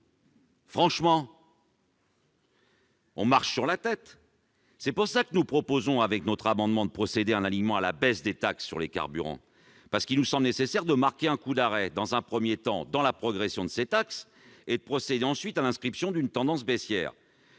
sociétés ? On marche sur la tête ! Voilà pourquoi nous proposons, à travers notre amendement, de procéder à un alignement à la baisse des taxes sur les carburants. Il nous semble nécessaire de marquer un coup d'arrêt, dans un premier temps, dans la progression de ces taxes et de procéder ensuite à l'inscription d'une tendance baissière.